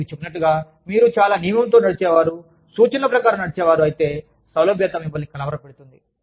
నేను మీకు చెప్పినట్లుగా మీరు చాలా నియమంతో నడిచేవారు సూచనల ప్రకారం నడిచేవారు అయితే సౌలభ్యత మిమ్మల్ని కలవరపెడుతుంది